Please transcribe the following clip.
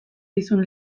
dizun